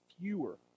fewer